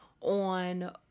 on